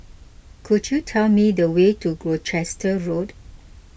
could you tell me the way to Gloucester Road